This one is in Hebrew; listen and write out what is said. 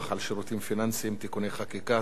על שירותים פיננסיים (תיקוני חקיקה),